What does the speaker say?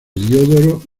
diodoro